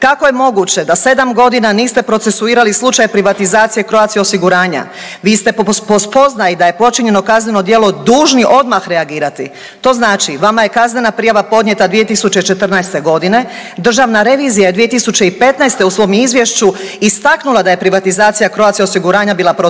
kako je moguće da 7.g. niste procesuirali slučaj privatizacije Croatia osiguranja? Vi ste po spoznaji da je počinjeno kazneno djelo dužni odmah reagirati. To znači, vama je kaznena prijava podnijeta 2014.g., državna revizija je 2015. u svom izvješću istaknula da je privatizacija Croatia osiguranja bila protuzakonita